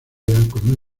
con